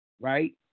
Right